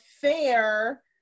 fair